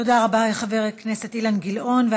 תודה רבה לחבר הכנסת אילן גילאון.